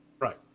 Right